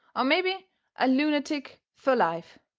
or mebby a loonatic fur life,